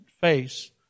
face